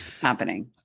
happening